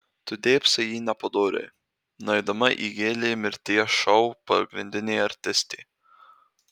tu dėbsai į jį nepadoriai nueidama įgėlė mirties šou pagrindinė artistė